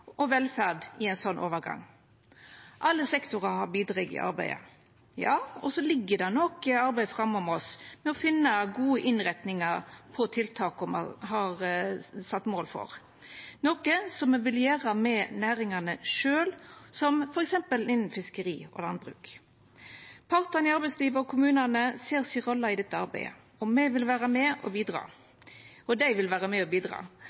og velferd i ein slik overgang. Alle sektorar har bidrege i arbeidet. Så ligg det noko arbeid framfor oss med å finna gode innretningar på tiltaka me har sett mål for, som me vil gjera med næringane sjølve, som f.eks. innan fiskeri og landbruk. Partane i arbeidslivet og kommunane ser si rolle i dette arbeidet, og dei vil vera med og bidra.